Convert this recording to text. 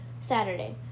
Saturday